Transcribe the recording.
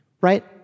right